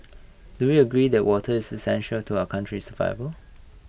do we agree that water is existential to our country survival